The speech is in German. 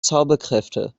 zauberkräfte